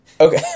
Okay